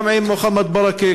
גם עם מוחמד ברכה,